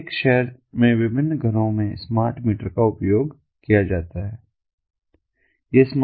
तो एक शहर में विभिन्न घरों में स्मार्ट मीटर का उपयोग किया जाता है